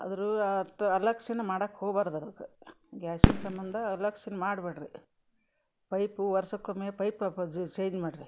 ಆದರೂ ಅಷ್ಟ್ ಅಲಕ್ಷನ ಮಾಡಕ್ಕೆ ಹೋಗ್ಬಾರ್ದು ಅದಕ್ಕೆ ಗ್ಯಾಸಿನ ಸಂಬಂಧ ಅಲಕ್ಷಿನ ಮಾಡಬೇಡ್ರಿ ಪೈಪು ವರ್ಷಕ್ಕೊಮ್ಮೆ ಪೈಪ್ ಅಪಜಿ ಚೇಂಜ್ ಮಾಡಿರಿ